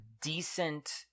decent